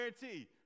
guarantee